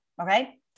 okay